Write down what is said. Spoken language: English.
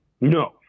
No